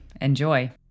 Enjoy